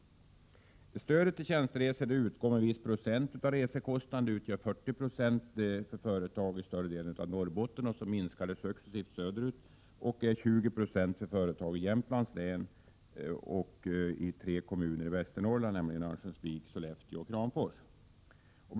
Stödet till tjänsteresor utgår med viss procent av resekostnaden och utgör 40 90 för företag i större delen av Norrbottens län. Det minskar successivt söderut och är 20 96 för företag i Jämtlands län och i Örnsköldsviks, Sollefteå och Kramfors kommuner i Västernorrlands län.